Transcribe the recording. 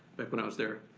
back when i was there.